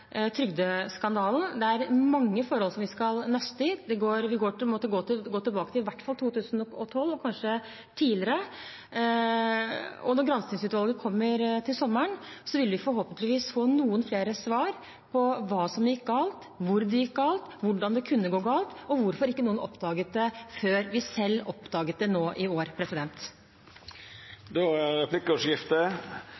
trygdeskandalen. Det er mange forhold vi skal nøste i. Vi vil måtte gå tilbake til i hvert fall 2012 og kanskje tidligere. Når granskingsutvalgets rapport kommer til sommeren, vil vi forhåpentligvis få noen flere svar på hva som gikk galt, hvor det gikk galt, hvordan det kunne gå galt, og hvorfor ikke noen oppdaget det før vi selv oppdaget det nå i år.